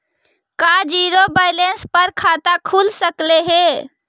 का zero balance पर खाता खुल सकले हे?